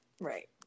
Right